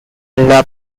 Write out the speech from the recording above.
allah